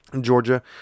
Georgia